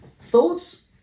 Thoughts